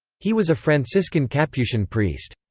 he was a franciscan capuchin priest.